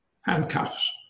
handcuffs